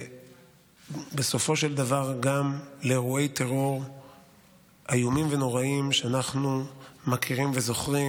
ובסופו של דבר גם לאירועי טרור איומים ונוראים שאנחנו מכירים וזוכרים,